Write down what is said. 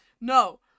No